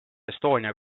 estonia